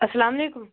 السلامُ علیکُم